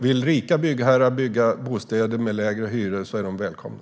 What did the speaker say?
Vill rika byggherrar bygga bostäder med lägre hyror är de välkomna.